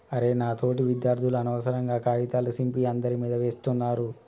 అరె నా తోటి విద్యార్థులు అనవసరంగా కాగితాల సింపి అందరి మీదా వేస్తున్నారు